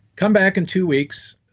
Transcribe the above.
come back in two weeks,